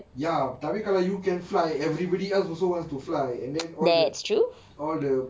ya tapi kalau you can fly everybody else also wants to fly and then all the all the